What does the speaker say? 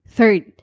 Third